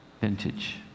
vintage